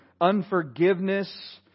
unforgiveness